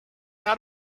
out